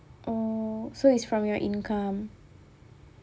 oh so it's from your income